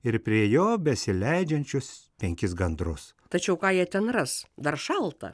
ir prie jo besileidžiančius penkis gandrus tačiau ką jie ten ras dar šalta